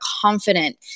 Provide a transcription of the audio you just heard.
confident